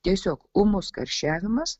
tiesiog ūmus karščiavimas